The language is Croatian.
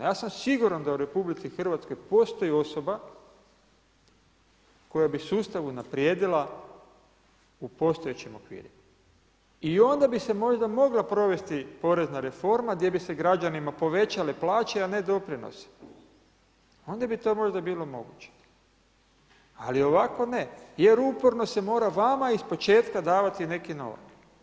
Ja sam siguran da u RH postoji osoba koja bi sustav unaprijedila u postojećim okvirima i onda bi se možda mogla provesti porezna reforma gdje bi se građanima povećale plaće, a ne doprinosi, onda bi to možda bilo moguće, ali ovako ne jer uporno se mora vama iz početka davati neki novac.